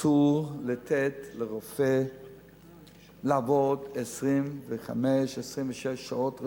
אסור לתת לרופא לעבוד 25 26 שעות רצופות.